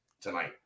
tonight